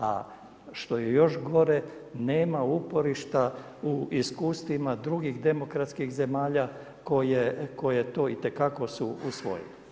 A što je još gore, nema uporišta u iskustvima drugih demokratskih zemalja koje to itekako su usvojile.